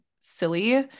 silly